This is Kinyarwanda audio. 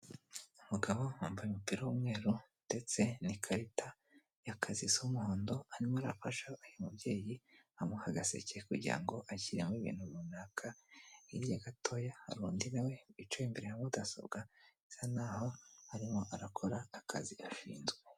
Umugabo wambaye umupira w'umweru ndetse n'ikarita y'akazi isa umuhondo arimo arafasha uyu mubyeyi amuha agaseke kugira ngo ashyiremo ibintu runaka hirya gatoya haru undi nawe wicaye imbere ya mudasobwa usanaho arimo arakora akazi ashinzwe.